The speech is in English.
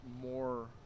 more